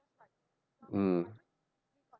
mmhmm